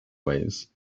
ways